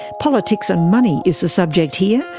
politics and money is the subject here.